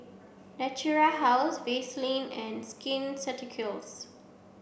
Natura House Vaselin and Skin Ceuticals